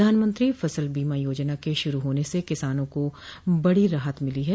प्रधानमंत्री फसल बीमा योजना के शुरू होने से किसानों को बड़ी राहत मिली है